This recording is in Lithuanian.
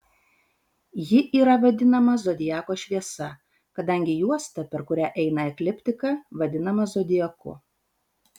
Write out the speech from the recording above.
ji yra vadinama zodiako šviesa kadangi juosta per kurią eina ekliptika vadinama zodiaku